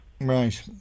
Right